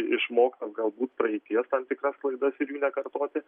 išmoktas galbūt praeities tam tikras klaidas ir jų nekartoti